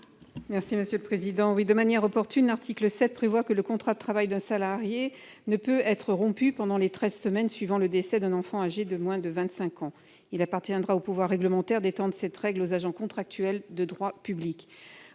Mme Catherine Di Folco. De manière opportune, l'article 7 prévoit que le contrat de travail d'un salarié ne peut pas être rompu pendant les treize semaines suivant le décès d'un enfant âgé de moins de 25 ans. Il appartiendra au pouvoir réglementaire d'étendre cette règle aux agents contractuels de droit public.